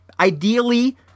Ideally